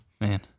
Man